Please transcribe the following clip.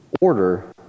order